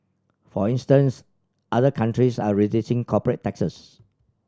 for instance other countries are reducing corporate taxes